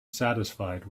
satisfied